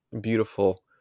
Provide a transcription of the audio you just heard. beautiful